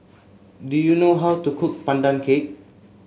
do you know how to cook Pandan Cake